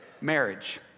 marriage